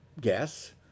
guess